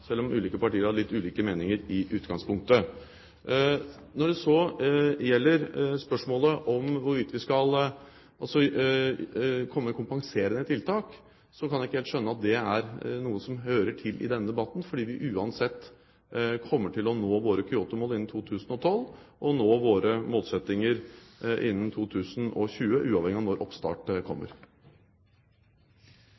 selv om ulike partier har litt ulike meninger i utgangspunktet. Når det så gjelder spørsmålet om hvorvidt vi skal komme med kompenserende tiltak, så kan ikke jeg helt skjønne at det er noe som hører til i denne debatten, for vi kommer uansett til å nå våre Kyoto-mål innen 2012, og nå våre målsettinger innen 2020, uavhengig av når oppstart